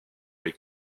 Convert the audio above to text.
les